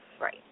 Right